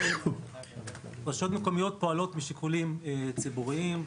רשויות מקומיות פועלות משיקולים ציבוריים,